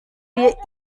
wir